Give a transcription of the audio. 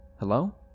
Hello